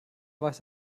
weiß